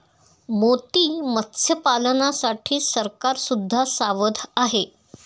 मोती मत्स्यपालनासाठी सरकार सुद्धा सावध आहे